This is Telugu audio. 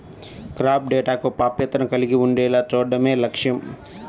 క్రాప్ డేటాకు ప్రాప్యతను కలిగి ఉండేలా చూడడమే లక్ష్యం